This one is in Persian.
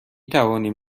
توانیم